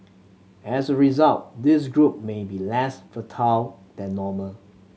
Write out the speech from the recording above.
as a result this group may be less fertile than normal